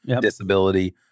disability